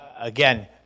again